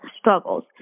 struggles